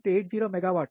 80 megawatt